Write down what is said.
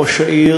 ראש העיר